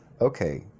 Okay